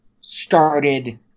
started